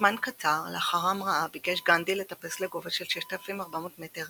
זמן קצר לאחר ההמראה ביקש גנדי לטפס לגובה של 6,400 מטר